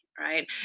right